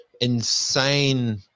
insane